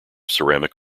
ceramic